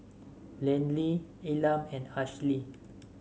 Landyn Elam and Ashlea